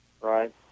Right